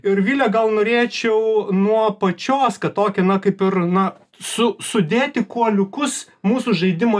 ir vilija gal norėčiau nuo pačios kad tokį na kaip ir na su sudėti kuoliukus mūsų žaidimo